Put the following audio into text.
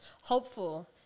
hopeful